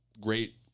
Great